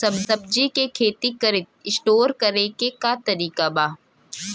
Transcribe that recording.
सब्जी के खेती करी त स्टोर करे के का तरीका बा?